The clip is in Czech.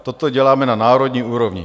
Toto děláme na národní úrovni.